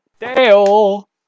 Dale